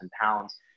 pounds